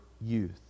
youth